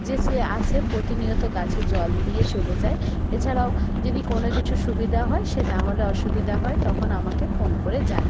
যে সে আসে প্রতিনিয়ত গাছে জল দিয়ে চলে যায় এছাড়াও যদি কোনো কিছু সুবিধা হয় সে তাহলে অসুবিধা হয় তখন আমাকে ফোন করে জানায়